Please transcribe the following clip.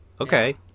Okay